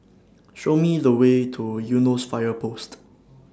Show Me The Way to Eunos Fire Post